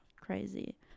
crazy